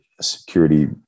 security